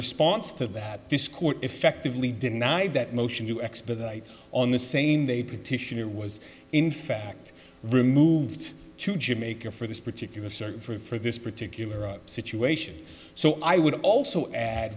response to that this court effectively denied that motion to expedite on the same day petition and was in fact removed to jamaica for this particular search for this particular situation so i would also add